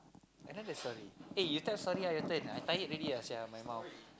another story eh you tell story ah your turn I tired already sia my mouth